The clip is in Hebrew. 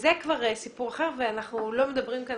וזה כבר סיפור אחר ואנחנו לא מדברים כאן